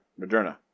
Moderna